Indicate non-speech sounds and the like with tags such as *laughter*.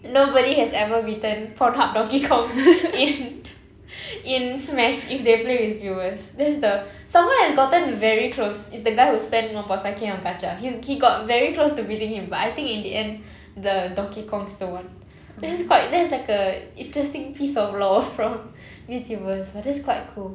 nobody has ever beaten pornhub donkey kong *laughs* in in smash if they play with viewers that's the someone has gotten very close it's the guy who spent on point five K on gacha he's he got very close to beating him but I think in the end the donkey kong's the one that's quite that's like a interesting piece of lore from youtubers but that's quite cool